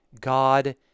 God